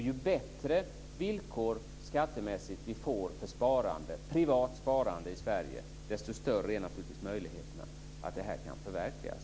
Ju bättre skattemässiga villkor vi får för privat sparande i Sverige, desto större är naturligtvis möjligheterna att det här kan förverkligas.